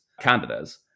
candidates